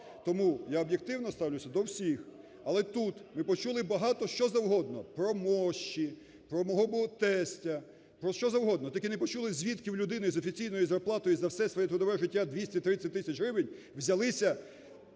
Тому я об'єктивно ставлюся до всіх, але тут ми почули багато що завгодно – про мощі, про мого тестя, про що завгодно, тільки не почули, звідки в людини з офіційною зарплатою за все своє трудове життя 230 тисяч гривень взялися